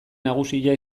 nagusia